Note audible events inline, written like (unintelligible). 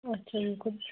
اچھا (unintelligible)